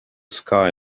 sky